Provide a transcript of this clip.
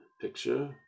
picture